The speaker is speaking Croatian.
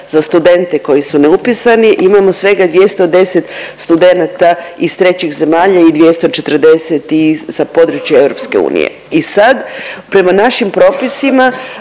za studente koji su neupisani, imamo svega 210 studenata iz trećih zemalja i 240 sa područja EU. I sad prema našim propisima